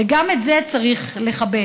וגם את זה צריך לכבד.